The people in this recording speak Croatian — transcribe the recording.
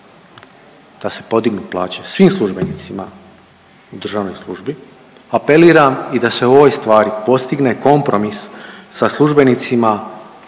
da se podignu plaće svim službenicima u državnoj službi, apeliram i da se o ovoj stvari postigne kompromis sa službenicima